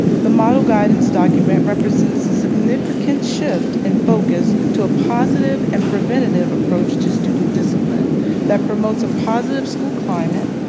the model guidance document represents a significant shift in focus to a positive and preventative approach to student discipline that promotes a positive school climate,